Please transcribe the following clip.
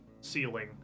ceiling